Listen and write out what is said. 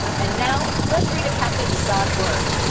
and now, let's read a passage of god's word.